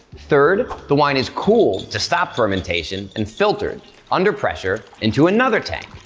third, the wine is cooled to stop fermentation and filtered under pressure into another tank.